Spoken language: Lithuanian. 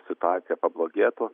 situacija pablogėtų